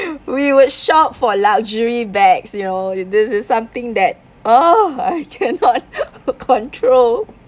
we would shop for luxury bags you know this is something that ugh I cannot control